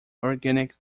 organic